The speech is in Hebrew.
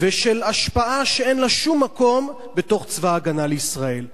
ושל השפעה שאין לה שום מקום בתוך צבא-ההגנה לישראל.